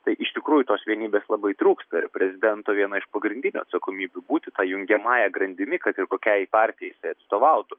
tai iš tikrųjų tos vienybės labai trūksta ir prezidento viena iš pagrindinių atsakomybių būti jungiamąja grandimi kad ir kokiai partijai atstovautų